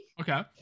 okay